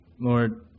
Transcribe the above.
Lord